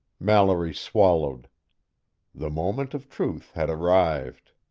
mallory swallowed the moment of truth had arrived.